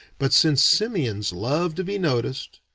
but since simians love to be noticed,